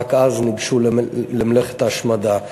ורק אז ניגשו למלאכת ההשמדה.